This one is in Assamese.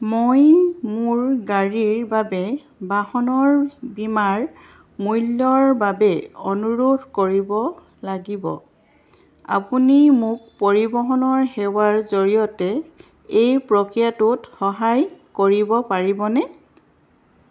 মই মোৰ গাড়ীৰ বাবে বাহনৰ বীমাৰ মূল্যৰ বাবে অনুৰোধ কৰিব লাগিব আপুনি মোক পৰিৱহণৰ সেৱাৰ জৰিয়তে এই প্ৰক্ৰিয়াটোত সহায় কৰিব পাৰিবনে